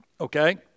Okay